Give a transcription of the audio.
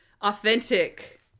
authentic